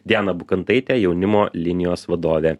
diana bukantaitė jaunimo linijos vadovė